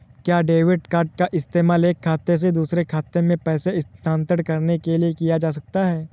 क्या debit card का इस्तेमाल एक खाते से दूसरे खाते में पैसे स्थानांतरण करने के लिए किया जा सकता है?